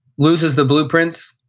loses the blueprints.